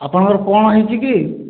ଆପଣଙ୍କର କ'ଣ ହୋଇଛି କି